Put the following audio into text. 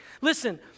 Listen